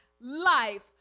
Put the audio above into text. life